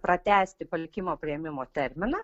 pratęsti palikimo priėmimo terminą